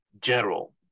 general